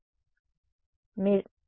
విద్యార్థి కాబట్టి ఇంకేమీ పొందలేరు